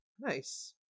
Nice